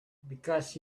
because